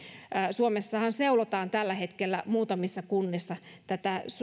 suomessahan seulotaan tällä hetkellä muutamissa kunnissa